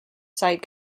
sight